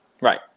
Right